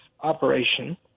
operation